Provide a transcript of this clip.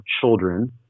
children